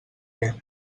què